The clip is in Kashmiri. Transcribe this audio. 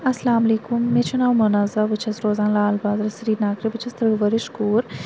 اَسلامُ علیکُم مےٚ چھُ ناو مُنَزا بہٕ چھَس روزان لال بازرٕ سرینَگرٕ بہٕ چھَس تٕرٕہ ؤرِش کوٗر